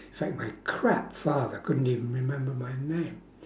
like my crap father couldn't even remember my name